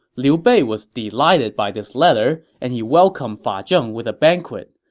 liu bei was delighted by this letter, and he welcomed fa zheng with a banquet.